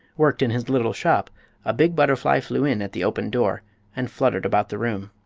worked in his little shop a big butterfly flew in at the open door and fluttered about the room.